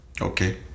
Okay